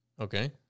Okay